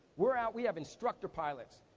we're out. we have instructor pilots,